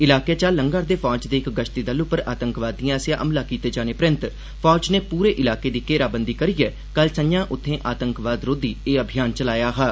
इलाके चा लंग्घा'रदे फौज दे इक गश्ती उप्पर आतंकवादिएं आसेआ हमले कीते जाने परैन्त फौज नै पूरे इलाके दी घेराबंदी करियै कल संझां उत्थें आतंकवाद रोधी एह अभियान चलाया हा